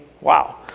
wow